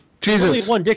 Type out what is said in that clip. Jesus